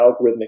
algorithmic